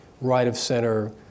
right-of-center